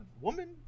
woman